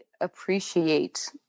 appreciate